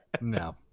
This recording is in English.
No